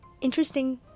Interesting